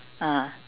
ah